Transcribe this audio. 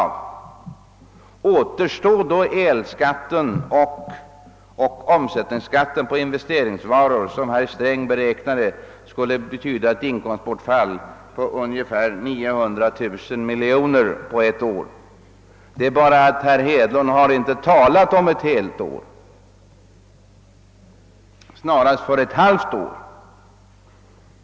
Då återstår elskatten och omsättningsskatten på investeringsvaror, som herr Sträng beräknade skulle betyda ett inkomstbortfall på ungefär 900 miljoner kronor på ett år. Herr Hedlund har dock inte talat om ett helt år utan snarare om ett halvt år.